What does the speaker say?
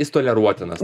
jis toleruotinas